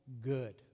good